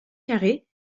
carrés